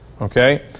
Okay